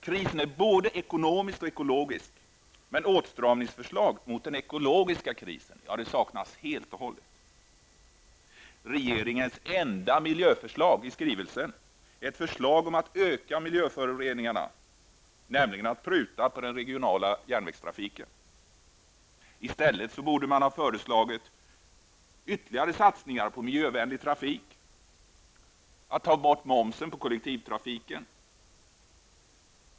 Krisen är både ekonomisk och ekologisk, men åtstramningsförslag när det gäller den ekologiska krisen saknas helt. Regeringens enda ''miljöförslag'' i skrivelsen är ett förslag som kommer att öka miljöföroreningarna, nämligen en prutning på den regionala järnvägstrafiken. I stället borde man ha föreslagit ytterligare satsningar på den miljövänliga trafiken och att momsen tas bort på kollektivtrafiken.